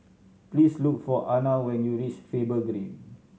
please look for Anna when you reach Faber Green